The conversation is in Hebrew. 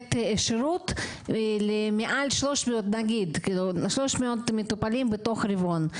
לתת שירות מעל למשל 300 מטופלים בתוך הרבעון.